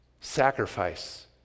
sacrifice